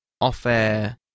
off-air